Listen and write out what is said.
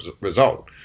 result